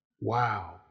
Wow